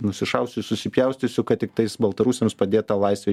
nusišausiu susipjaustysiu kad tiktais baltarusiams padėt tą laisvę